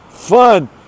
fun